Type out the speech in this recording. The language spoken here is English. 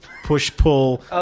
push-pull